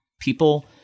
people